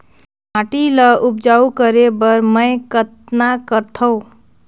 माटी ल उपजाऊ करे बर मै कतना करथव?